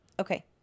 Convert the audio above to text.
Okay